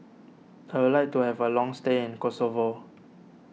I would like to have a long stay in Kosovo